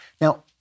Now